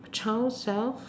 a child self